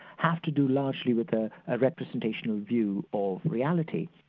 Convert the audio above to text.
have to do largely with a representational view of reality.